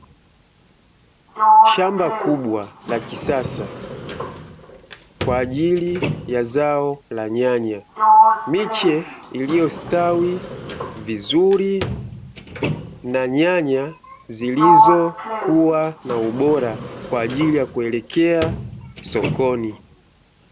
Shamba kubwa la kisasa kwa ajili ya zao la nyanya, miche iliyostawi vizuri na nyanya zilizokuwa na ubora kwa ajili ya kuelekea sokoni.